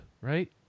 right